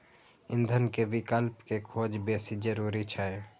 ईंधन के विकल्प के खोज बेसी जरूरी छै